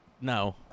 No